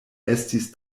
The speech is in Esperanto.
estis